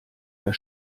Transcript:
der